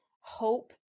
hope